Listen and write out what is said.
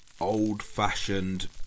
old-fashioned